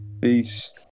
Peace